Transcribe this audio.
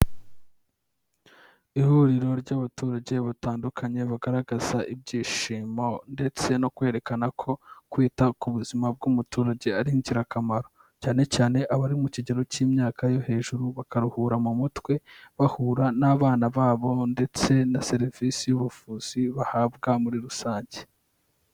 Ihuriro ry'abaturage batandukanye bagaragaza ibyishimo ndetse no kwerekana ko kwita ku buzima bw'umuturage ari ingirakamaro, cyane cyane abari mu kigero k'imyaka yo hejuru bakaruhura mu mutwe bahura n'abana babo ndetse na serivisi y'ubuvuzi bahabwa muri rusange.